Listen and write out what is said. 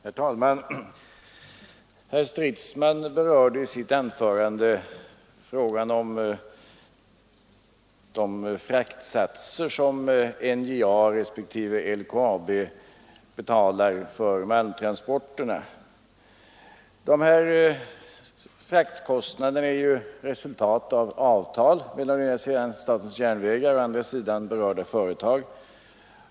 Herr talman! Herr Stridsman berörde i sitt anförande frågan om de fraktsatser som NJA respektive LKAB betalar för malmtransporterna. De här fraktkostnaderna är resultat av avtal mellan å ena sidan statens järnvägar och å andra sidan berörda företag.